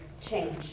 change